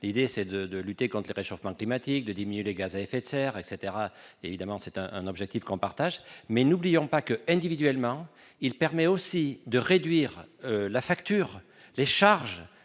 l'idée c'est de de lutter contre réchauffement climatique de diminuer les gaz à effet de serre etc, évidemment, c'est un objectif qu'on partage mais n'oublions pas que, individuellement, il permet aussi de réduire la facture des charges,